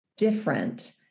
different